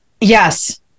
Yes